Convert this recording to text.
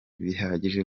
bihagije